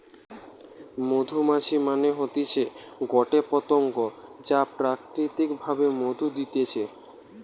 মধুমাছি মানে হতিছে গটে পতঙ্গ যা প্রাকৃতিক ভাবে মধু দিতেছে